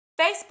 Facebook